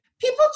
people